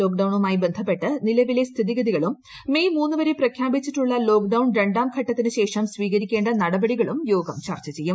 ലോക്ഡൌണുമായിബന്ധപ്പെട്ട് നിലവിലെ സ്ഥിതിഗതികളും മെയ് മൂന്ന് വരെ പ്രഖ്യാപിച്ചിട്ടുള്ള ലോക്ഡൌൺ രാണ്ടം ഘട്ടത്തിനു ശേഷം സ്വീകരിക്കേണ്ട നടപടികളും യോഗം ചർച്ച ചെയ്യും